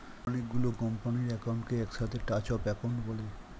অনেক গুলো কোম্পানির অ্যাকাউন্টকে একসাথে চার্ট অফ অ্যাকাউন্ট বলে